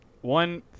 one